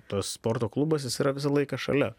tas sporto klubas jis yra visą laiką šalia